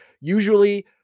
Usually